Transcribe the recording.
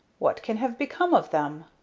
what can have become of them?